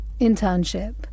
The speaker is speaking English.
internship